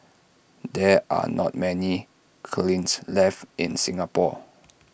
there are not many kilns left in Singapore